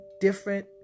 different